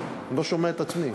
אני לא שומע את עצמי.